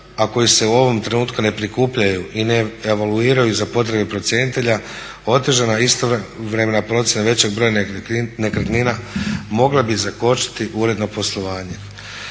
a koji se u ovom trenutku ne prikupljaju i ne evaluiraju za potrebe procjenitelja otežana je istovremena procjena većeg broja nekretnina mogla bi zakočiti uredno poslovanje.